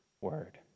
word